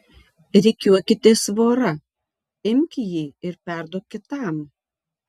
rikiuokitės vora imk jį ir perduok kitam